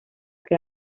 que